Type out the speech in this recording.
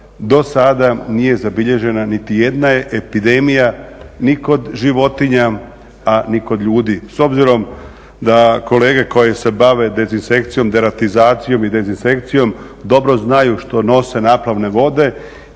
do sada nije zabilježena niti jedna epidemija ni kod životinja, a ni kod ljudi. S obzirom da kolege koje se bave dezinfekcijom, deratizacijom i dezinsekcijom dobro znaju što nose naplavne vode